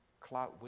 cloud